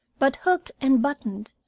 but hooked and buttoned,